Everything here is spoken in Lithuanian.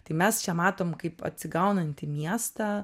tai mes čia matom kaip atsigaunantį miestą